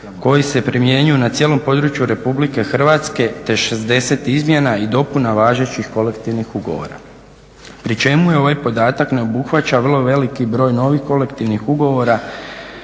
koji se primjenjuju na cijelom području RH te 60 izmjena i dopuna važećih kolektivnih ugovora pri čemu je ovaj podatak ne obuhvaća vrlo velik broj kolektivnih ugovora